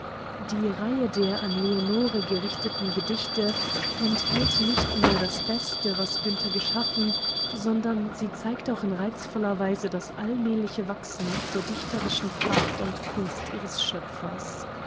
die reihe der an leonore gerichteten gedichte enthält nicht nur das beste was günther geschaffen sondern sie zeigt auch in reizvoller weise das allmähliche wachsen der dichterischen kraft und kunst ihres schöpfers